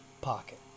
pocket